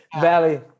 Valley